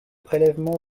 prélèvements